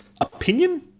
Opinion